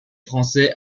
français